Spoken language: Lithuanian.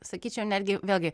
sakyčiau netgi vėlgi